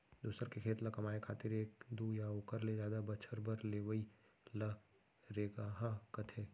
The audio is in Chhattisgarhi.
दूसर के खेत ल कमाए खातिर एक दू या ओकर ले जादा बछर बर लेवइ ल रेगहा कथें